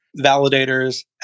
validators